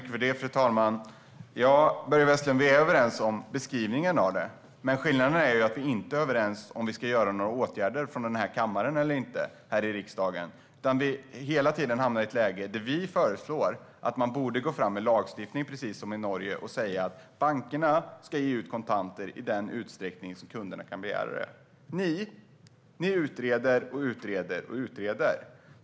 Fru talman! Vi är överens om beskrivningen av det, Börje Vestlund. Men vi är inte överens när det gäller om riksdagen ska vidta några åtgärder eller inte. Diskussionen hamnar hela tiden i ett läge där vi föreslår att man borde gå fram med lagstiftning, precis som i Norge, och säga att bankerna ska tillhandahålla kontanter i den utsträckning som kunderna begär. Ni utreder och utreder.